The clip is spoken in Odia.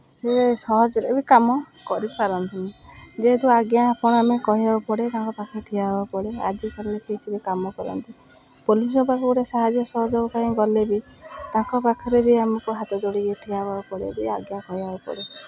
ସେ ସହଜରେ ବି କାମ କରିପାରନ୍ତିନି ଯେହେତୁ ଆଜ୍ଞା ଆପଣ ଆମେ କହିବାକୁ ପଡ଼େ ତାଙ୍କ ପାଖରେ ଠିଆ ହେବାକୁ ପଡ଼େ ଆଜିକାଲି କିଛି ବି କାମ କରନ୍ତି ପୋଲିସ୍ ପାଖକୁ ଗୋଟେ ସାହାଯ୍ୟ ସହଯୋଗ ପାଇଁ ଗଲେ ବି ତାଙ୍କ ପାଖରେ ବି ଆମକୁ ହାତ ଯୋଡ଼ିକି ଠିଆ ହେବାକୁ ପଡ଼େ ବି ଆଜ୍ଞା କହିବାକୁ ପଡ଼େ